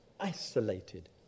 isolated